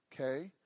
okay